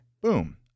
boom